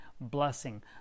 blessing